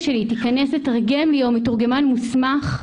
שלי תיכנס ותתרגם לי או מתורגמן מוסמך.